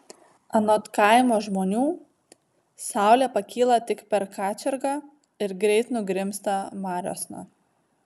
anot kaimo žmonių saulė pakyla tik per kačergą ir greit nugrimzta mariosna